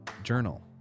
journal